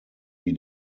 wie